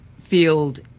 field